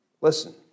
Listen